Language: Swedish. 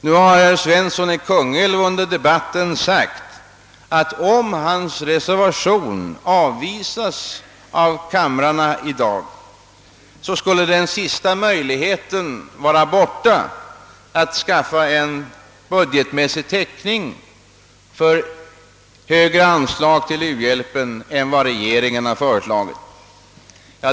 Nu har herr Svensson i Kungälv under debatten sagt att om hans reservation i dag avvisas av kamrarna, skulle den sista möjligheten därmed vara borta för att skaffa en budgetmässig täckning för högre anslag till u-hjälpen än vad regeringen har föreslagit.